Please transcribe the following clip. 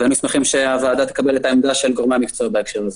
היינו שמחים שהוועדה תקבל את העמדה של גורמי המקצוע בהקשר הזה.